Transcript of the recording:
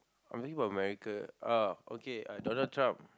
I'm thinking about America uh okay Donald-Trump